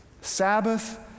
Sabbath